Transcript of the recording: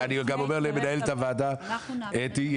אני גם אומר למנהלת הוועדה אתי,